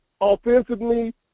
offensively